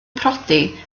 priodi